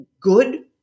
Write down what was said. good